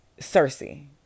Cersei